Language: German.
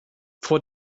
vor